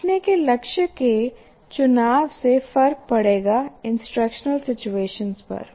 सीखने के लक्ष्य के चुनाव से फर्क पड़ेगा इंस्ट्रक्शनल सिचुएशन पर